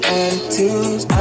attitudes